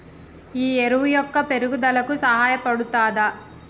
ఈ ఎరువు మొక్క పెరుగుదలకు సహాయపడుతదా?